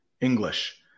English